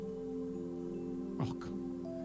Welcome